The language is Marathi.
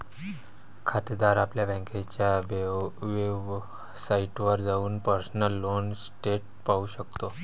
खातेदार आपल्या बँकेच्या वेबसाइटवर जाऊन पर्सनल लोन स्टेटस पाहू शकतो